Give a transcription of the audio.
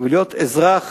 ולהיות אזרח